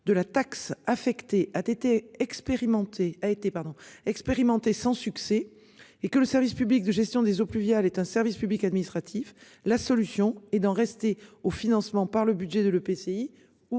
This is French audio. a été pardon expérimenter sans succès et que le service public de gestion des eaux pluviales est un service public administratif. La solution est d'en rester au financement par le budget de l'EPCI